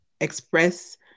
express